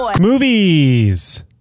Movies